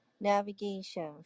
Navigation